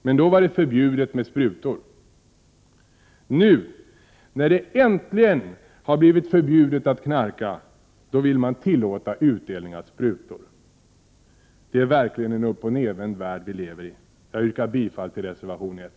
Med då var det förbjudet med sprutor. Nu, när det äntligen har blivit förbjudet att knarka, då vill man tillåta utdelning av sprutor. Det är verkligen en uppochnedvänd värld vi lever i! Jag yrkar bifall till reservation nr 1.